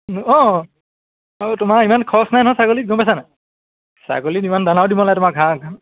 অঁ অঁ তোমাৰ ইমান খৰচ নাই নহয় ছাগলীত গম পাইছানে নাই ছাগলীক ইমান দানাও দিব নালাগে তোমাৰ ঘাঁহ ঘাঁহ